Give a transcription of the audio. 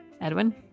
Edwin